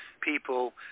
people